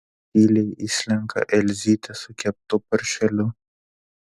tyliai įslenka elzytė su keptu paršeliu